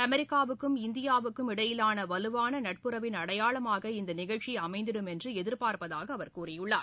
அமெரிக்காவுக்கும் இந்தியாவுக்கும் இடையேயான வலுவான நட்புறவின் அடையாளமாக இந்த நிகழ்ச்சி அமைந்திடும் என்று எதிர்பாாப்பதாக அவர் கூறியுள்ளார்